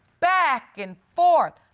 back and forth,